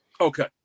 Okay